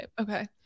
okay